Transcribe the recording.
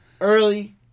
Early